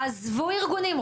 עזבו ארגונים,